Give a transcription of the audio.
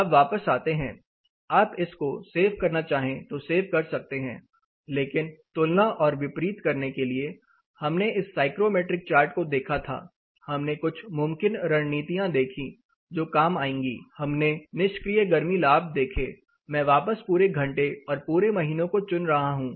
अब वापस आते हैं आप इस को सेव करना चाहे तो सेव कर सकते हैं लेकिन तुलना और विपरीत करने के लिए हमने इस साइक्रोमेट्रिक चार्ट को देखा था हमने कुछ मुमकिन रणनीतियां देखी जो काम आएँगी हमने निष्क्रिय गर्मी लाभ देखें मैं वापस पूरे घंटे और पूरे महीनों को चुन रहा हूं